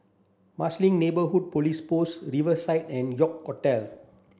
Marsiling Neighbourhood Police Post Riverside and York Hotel